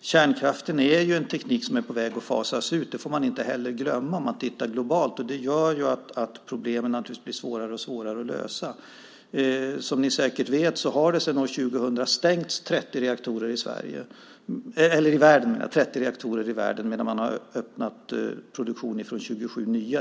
Kärnkraften är en teknik som är på väg att fasas ut - det får man heller inte glömma - om man tittar globalt. Det gör att problemen blir allt svårare att lösa. Som ni säkert vet har det sedan år 2000 stängts 30 reaktorer i världen medan man har öppnat produktion i 27 nya.